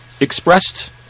expressed